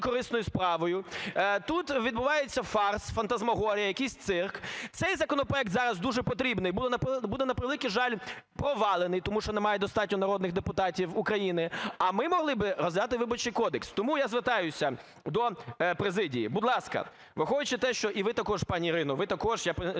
корисною справою, тут відбувається фарс, фантасмагорія, якийсь цирк, цей законопроект зараз дуже потрібний, буде, на превеликий жаль, провалений, тому що немає достатньо народних депутатів України, а ми могли би розглянути Виборчий кодекс. Тому я звертаюсь до президії: будь ласка, враховуючи те, що і ви також, пані Ірино, ви також взяв